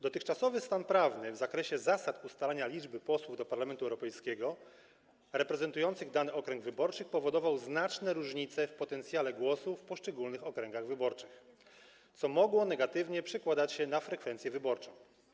Dotychczasowy stan prawny w zakresie zasad ustalania liczby posłów do Parlamentu Europejskiego reprezentujących dany okręg wyborczy powodował znaczne różnice w potencjale głosów w poszczególnych okręgach wyborczych, co mogło negatywnie przekładać się na frekwencję wyborczą.